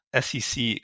SEC